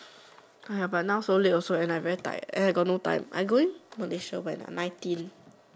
!aiya! but now so late also and I very tired and I got no time I going Malaysia when I'm nineteen